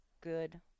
good